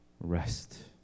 rest